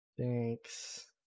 Thanks